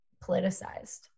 politicized